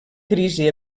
crisi